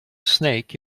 snake